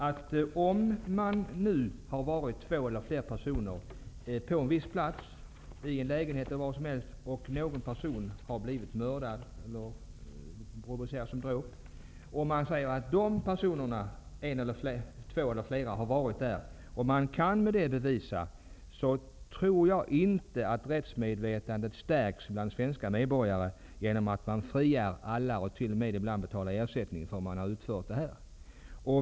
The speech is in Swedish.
Om det kan bevisas att två eller fler personer har varit på en viss plats, i en lägenhet eller var som helst, och någon där har blivit mördad eller utsatt för dråp, tror jag inte att rättsmedvetandet hos svenska medborgare stärks om alla blir friade eller t.o.m. får ersättning för att ha utfört brottet.